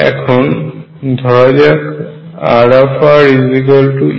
এখন ধরা যাক Rrur